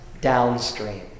downstream